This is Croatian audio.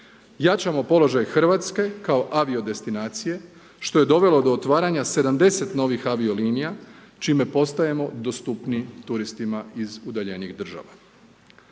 Jačamo položaj Hrvatske kao avio destinacije što je dovelo do otvaranja 70 novih avio linija čime postajemo dostupniji turistima iz udaljenijih država.